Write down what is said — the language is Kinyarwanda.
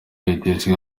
kayitesi